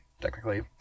technically